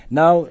now